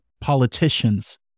politicians